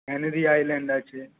Henry Island আছে